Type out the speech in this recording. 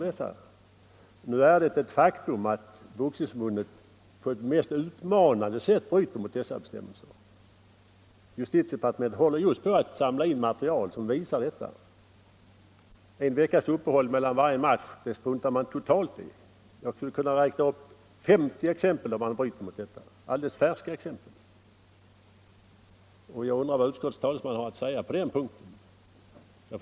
Det är emellertid ett faktum att Boxningsförbundet på det mest utmanande sätt bryter mot dessa bestämmelser. Justitiedepartementet håller just på att samla in material som visar detta. En veckas uppehåll mellan varje match — det struntar man totalt i. Jag skulle kunna räkna upp 50 alldeles färska exempel på att man bryter mot denna bestämmelse. Jag undrar vad utskottets talesman har att säga på den punkten.